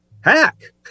hack